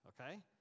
okay